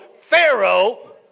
Pharaoh